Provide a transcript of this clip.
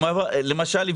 למשל,